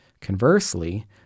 Conversely